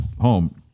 home